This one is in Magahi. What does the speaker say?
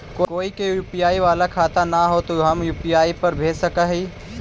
कोय के यु.पी.आई बाला खाता न है तो हम यु.पी.आई पर भेज सक ही?